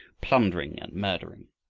plundering and murdering.